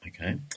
Okay